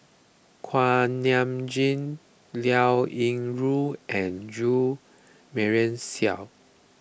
Kuak Nam Jin Liao Yingru and Jo Marion Seow